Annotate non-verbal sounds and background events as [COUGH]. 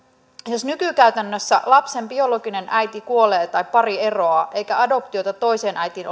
jos nykykäytännössä lapsen biologinen äiti kuolee tai pari eroaa eikä adoptiota toiseen äitiin [UNINTELLIGIBLE]